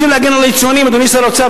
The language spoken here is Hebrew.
רוצים להגן על היצואנים, אדוני שר האוצר?